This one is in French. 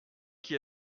qui